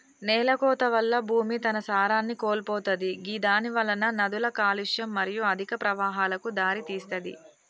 నేలకోత వల్ల భూమి తన సారాన్ని కోల్పోతది గిదానివలన నదుల కాలుష్యం మరియు అధిక ప్రవాహాలకు దారితీస్తది